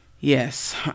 Yes